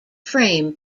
frame